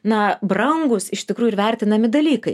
na brangūs iš tikrųjų ir vertinami dalykai